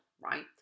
right